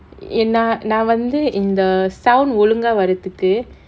ஏன்னா நா வந்து இந்த:yaennaa naa vanthu intha sound ஒழுங்கா வரத்துக்கு:olungaa varathukku